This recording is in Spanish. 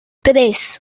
tres